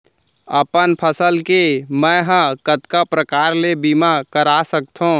अपन फसल के मै ह कतका प्रकार ले बीमा करा सकथो?